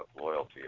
loyalty